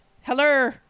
Hello